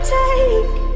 take